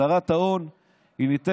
הצהרת ההון ממולאת,